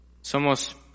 Somos